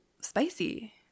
spicy